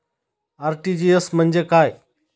RTGS म्हणजे काय?